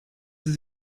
sie